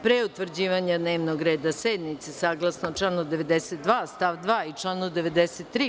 Pre utvrđivanja dnevnog reda sednice, saglasno članu 92. stav 2. i članu 93.